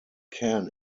can